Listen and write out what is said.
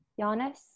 Giannis